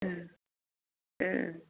उम उम